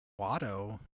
Watto